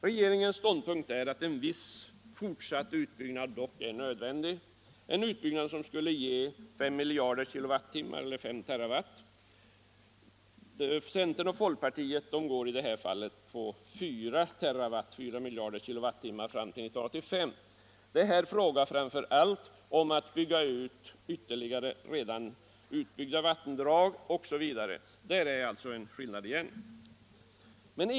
Regeringens ståndpunkt är att en viss fortsatt utbyggnad är nödvändig. En ytterligare vattenkraftsutbyggnad med ca 5 TWh bedöms vara möjlig fram till 1985. Centerns och folkpartiets representanter i utskottet reserverar sig till förmån för ett vattenkraftstillskott på 4 TWh fram till 1985. Det är här framför allt fråga om att bygga ut redan utbyggda vattendrag osv. Här föreligger det alltså återigen en skillnad.